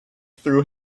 threw